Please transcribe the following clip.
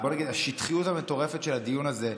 השטחיות המטורפת של הדיון הזה,